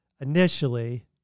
initially